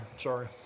Sorry